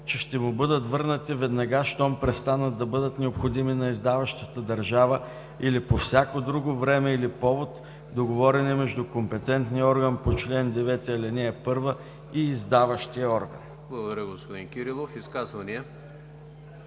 че ще му бъдат върнати веднага щом престанат да бъдат необходими на издаващата държава или по всяко друго време или повод, договорени между компетентния орган по чл. 9, ал. 1 и издаващия орган.“ ПРЕДСЕДАТЕЛ ЕМИЛ ХРИСТОВ: Благодаря, господин Кирилов. Изказвания?